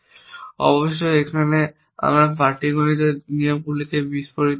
অবশ্যই এখানে আমরা পাটিগণিতের নিয়মগুলিকে বিস্ফোরিত করছি